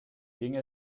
ging